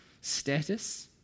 status